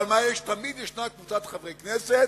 אבל תמיד ישנה קבוצת חברי כנסת,